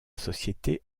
société